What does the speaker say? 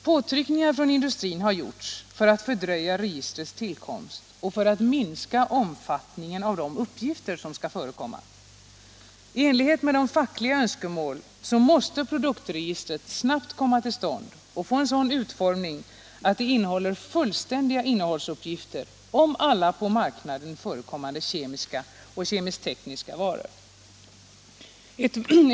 Påtryckningar från industrin har gjorts för att fördröja registrets tillkomst och för att minska omfattningen av de uppgifter som skall förekomma. I enlighet med de fackliga önskemålen måste produktregistret snabbt komma till stånd och få en sådan utformning att det innehåller fullständiga innehållsuppgifter om alla på marknaden förekommande kemiska och kemisk-tekniska varor.